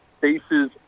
faces